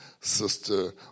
sister